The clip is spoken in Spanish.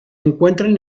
encuentran